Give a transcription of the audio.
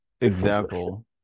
example